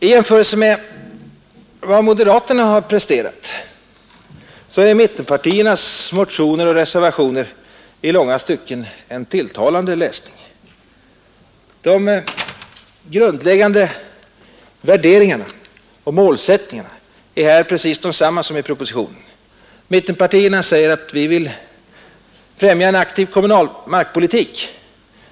I jämförelse med vad moderaterna har presterat är mittenpartiernas motioner och reservationer i långa stycken en tilltalande läsning. De grundläggande värderingarna och målsättningarna är här precis desamma som i propositionen. Mittenpartierna vill främja en aktiv kommunal markpolitik.